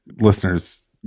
listeners